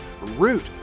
root